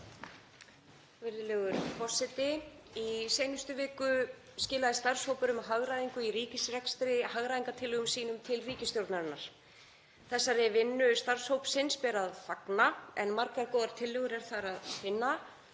Virðulegur forseti. Í seinustu viku skilaði starfshópur um hagræðingu í ríkisrekstri hagræðingartillögum sínum til ríkisstjórnarinnar. Þessari vinnu starfshópsins ber að fagna en margar góðar tillögur er þar að finna,